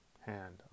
hand